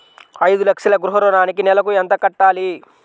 ఐదు లక్షల గృహ ఋణానికి నెలకి ఎంత కట్టాలి?